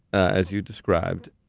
as you described,